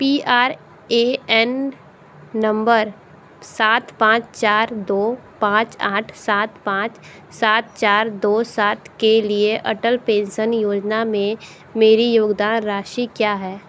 P R A N नम्बर सात पाँच चार दो पाँच आठ सात पाँच सात चार दो सात के लिए अटल पेंसन योजना में मेरी योगदान राशि क्या है